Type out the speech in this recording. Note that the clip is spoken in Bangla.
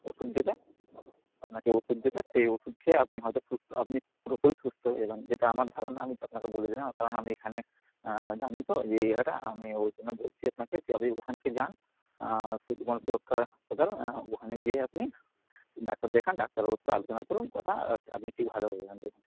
ওষুধ দেবে আপনাকে ওষুধ দেবে সেই ওষুধ খেয়ে আপনি হয়তো সুস্থ আপনি পুরোপুরি সুস্থ হয়ে যাবেন যেটা আমার ধারণা আমি আপনাকে বলে দিলাম কারণ আমি এখানে জানি তো যে এই জায়গাটা মানে ঐজন্য বলছি আপনাকে যে আপনি ওখানকে যান আপনি জীবন সুরক্ষা হাসপাতাল ওখানে গিয়ে আপনি ডাক্তার দেখান ডাক্তারবাবুর সাথে আলোচনা করুন কথা আপনি ঠিক ভালো হয়ে যাবেন দেখুন